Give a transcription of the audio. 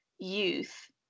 youth